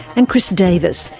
and chris davis,